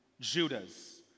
Judas